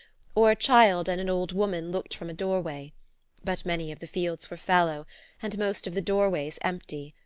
or a child and an old woman looked from a doorway but many of the fields were fallow and most of the doorways empty.